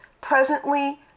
presently